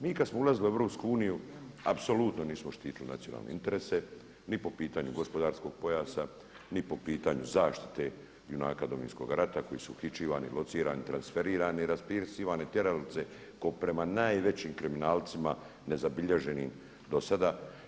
Mi kada smo ulazili u Europsku uniju apsolutno nismo štitili nacionalne interese ni po pitanju gospodarskog pojasa, ni po pitanju zaštite junaka Domovinskoga rata koji su uhićivani, locirani, transferirani i raspisivane tjeralice kao prema najvećim kriminalcima nezabilježenim do sada.